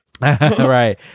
Right